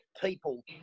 people